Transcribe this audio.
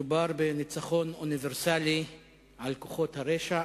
מדובר בניצחון אוניברסלי על כוחות הרשע